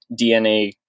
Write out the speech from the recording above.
DNA